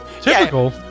Typical